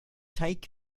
take